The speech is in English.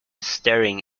staring